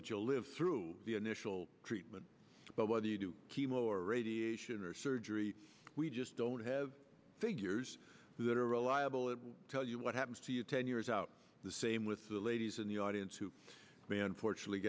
that you'll live through the initial treatment but what do you do chemo or radiation or surgery we just don't have figures that are reliable it will tell you what happens to you ten years out the same with the ladies in the audience who man fortunately